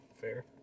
Fair